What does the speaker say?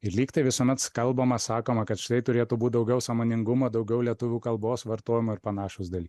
ir lyg tai visuomets kalbama sakoma kad štai turėtų būt daugiau sąmoningumo daugiau lietuvių kalbos vartojimo ir panašūs daly